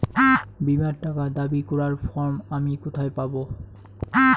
বীমার টাকা দাবি করার ফর্ম আমি কোথায় পাব?